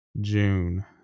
June